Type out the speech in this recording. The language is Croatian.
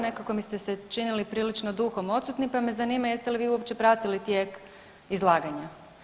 Nekako mi ste se činili prilično duhom odsutni, pa me zanima jeste li vi uopće pratili tijek izlaganja?